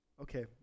Okay